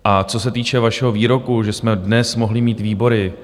A co se týče vašeho výroku, že jsme dnes mohli mít výbory.